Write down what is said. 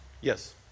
Yes